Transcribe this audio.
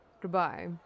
Goodbye